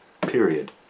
Period